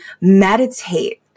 meditate